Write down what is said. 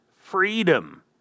freedom